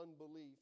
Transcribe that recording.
unbelief